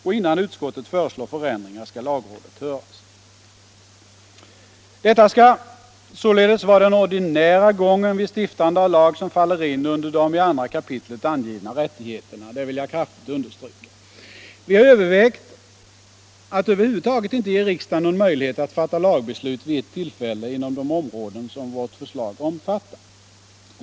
Och innan utskottet föreslår förändringar skall lagrådet höras. Detta skall således vara den ordinära gången vid stiftande av lag som faller in under de i 2 kap. angivna rättigheterna. Det vill jag kraftigt understryka. Vi har övervägt att över huvud taget inte ge riksdagen någon möjlighet att fatta lagbeslut vid ett tillfälle inom de områden som vårt förslag omfattar.